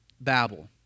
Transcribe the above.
Babel